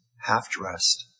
half-dressed